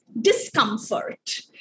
discomfort